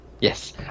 Yes